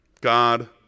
God